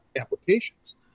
applications